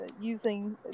using